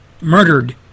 Murdered